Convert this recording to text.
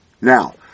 Now